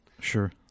Sure